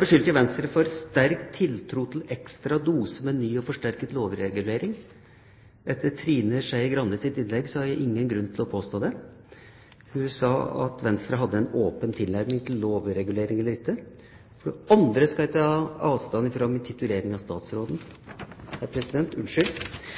beskyldte jeg Venstre for sterk tiltro til ekstra dose med ny og forsterket lovregulering. Etter Trine Skei Grandes innlegg har jeg ingen grunn til å påstå det. Hun sa at Venstre hadde en åpen tilnærming til lovregulering eller ikke. For det andre skal jeg ta avstand fra min titulering av statsråden.